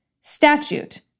statute